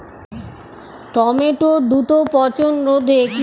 টমেটোর দ্রুত পচনরোধে কিভাবে সংরক্ষণ করা যেতে পারে?